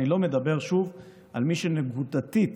אני לא מדבר על מי שנקודתית